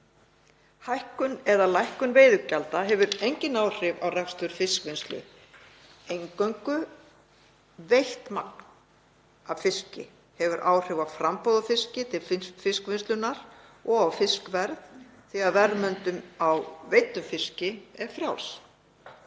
Hækkun eða lækkun veiðigjalda hefur engin áhrif á rekstur fiskvinnslu. Eingöngu veitt magn af fiski hefur áhrif á framboð á fiski til fiskvinnslunnar og á fiskverð því að verðmyndun á veiddum fiski er frjáls.